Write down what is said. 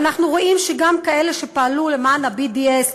ואנחנו רואים שגם כאלה שפעלו למען ה-BDS,